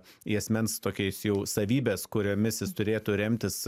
į asmens tokiais jau savybes kuriomis jis turėtų remtis